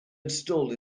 installed